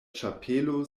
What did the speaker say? ĉapelo